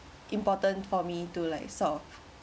important for me to like sort of